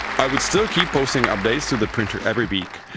i would still keep posting updates to the printer every week.